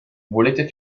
volete